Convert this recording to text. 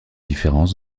différences